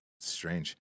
Strange